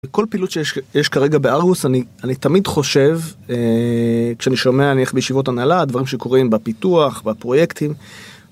בכל פעילות שיש כרגע בארגוס, אני תמיד חושב, כשאני שומע נניח בישיבות הנהלה, על דברים שקורים בפיתוח, בפרויקטים